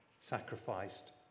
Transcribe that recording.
sacrificed